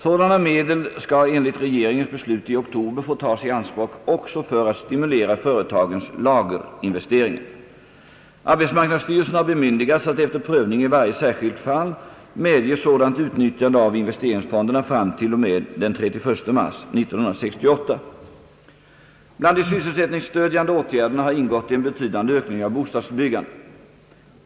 Sådana medel skall enligt regeringens beslut i oktober få tas i anspråk också för att stimulera företagens lagerinvesteringar. Arbetsmarknadsstyrelsen har bemyndigats att efter prövning i varje särskilt fall medge sådant utnyttjande av investeringsfonderna fram till och med den 31 mars 1968. Bland de = sysselsättningsstödjande åtgärderna har ingått en betydande ökning av bostadsbyggandet.